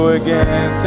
again